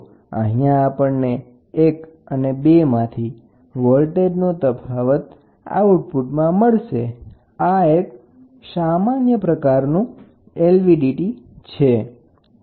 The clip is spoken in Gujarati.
તો અહીંયા આપણને જે કંઈ મળે છે તે વોલ્ટેજ નો તફાવત છેતો અહીંયા આપણને 1 અને 2 માંથી વોલ્ટેજ નો તફાવત આઉટપુટમાં મળશે આ એક સામાન્ય એલવીડીટી છે